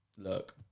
look